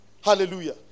Hallelujah